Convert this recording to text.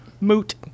Moot